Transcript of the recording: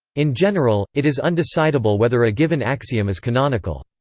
in general, it is undecidable whether a given axiom is canonical.